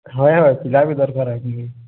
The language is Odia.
ହଏ ହଁ ପିଲାବି ଦରକାରେ